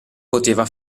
poteva